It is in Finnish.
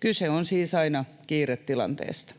Kyse on siis aina kiiretilanteesta.